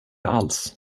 alls